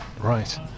Right